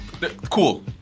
Cool